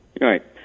Right